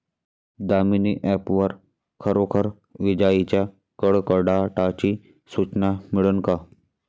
Damini app वर खरोखर विजाइच्या कडकडाटाची सूचना मिळन का?